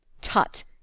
Tut